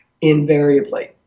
invariably